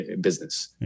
business